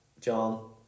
John